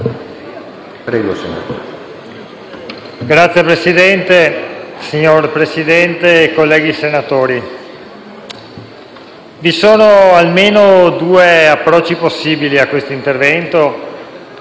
*(PD)*. Signor Presidente, colleghi senatori, vi sono almeno due approcci possibili a questo intervento.